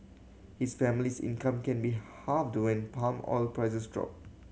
his family's income can be halved when palm oil prices drop